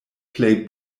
plej